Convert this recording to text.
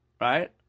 Right